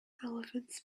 elephants